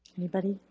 anybody?